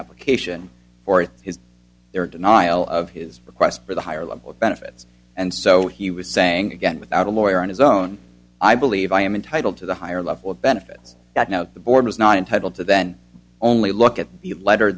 application for it is their denial of his request for the higher level of benefits and so he was saying again without a lawyer on his own i believe i am entitled to the higher level of benefits that now the board was not entitled to then only look at the letter